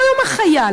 לא יום החייל,